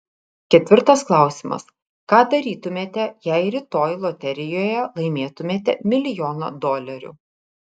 ketvirtas klausimas ką darytumėte jei rytoj loterijoje laimėtumėte milijoną dolerių